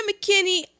McKinney